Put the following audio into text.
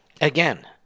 Again